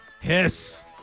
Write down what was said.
Hiss